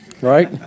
right